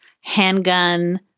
handgun